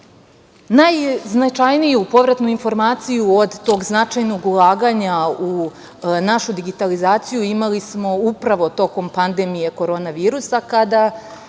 Ružić. Najznačajniju povratnu informaciju od tog značajnog ulaganja u našu digitalizaciju imali smo upravo tokom pandemije korona virusa, kada